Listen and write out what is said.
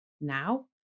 now